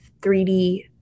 3D